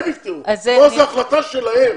פה זה החלטה שלהם.